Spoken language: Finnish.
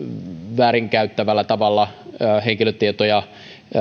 väärinkäyttävällä tavalla henkilötietoja